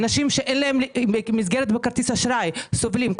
אנשים שאין להם מסגרת וכרטיס אשראי סובלים.